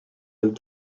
and